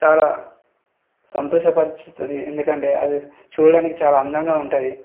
చాలా సంతోషపరుస్తుంది ఎందుకంటే అది చూడడానికి చాలా అందంగా ఉంటుంది